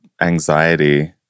anxiety